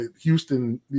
Houston